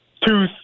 two